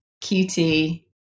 cutie